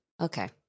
Okay